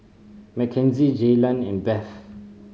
Mackenzie Jaylan and Beth